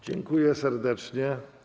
Dziękuję serdecznie.